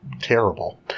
terrible